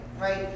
Right